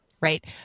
right